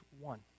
one